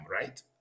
right